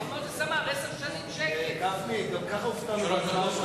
אדוני היושב-ראש,